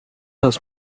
has